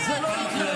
אל תחוקק.